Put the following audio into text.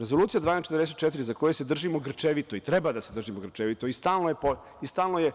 Rezolucija 1244, za koju se držimo grčevito i treba da se držimo grčevito i stalno je